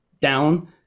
down